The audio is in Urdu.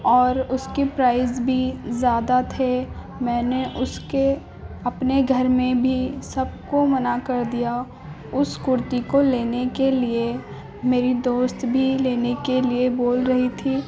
اور اس کی پرائز بھی زیادہ تھے میں نے اس کے اپنے گھر میں بھی سب کو منع کر دیا اس کرتی کو لینے کے لیے میری دوست بھی لینے کے لیے بول رہی تھی